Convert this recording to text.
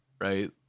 right